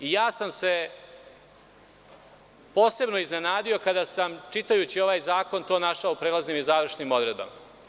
Posebno sam se iznenadio kada sam, čitajući ovaj zakon, to našao u prelaznim i završnim odredbama.